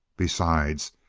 besides,